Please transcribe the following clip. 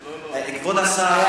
מתייחסות, כבוד השר.